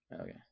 Okay